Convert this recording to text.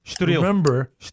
remember